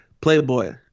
playboy